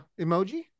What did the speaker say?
emoji